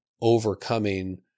overcoming